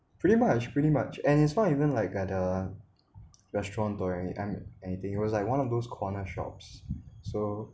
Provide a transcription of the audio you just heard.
pretty much pretty much and it's not even like at a restaurant or um anything it was like one of those corner shops so